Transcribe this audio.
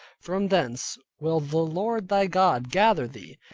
from thence will the lord thy god gather thee,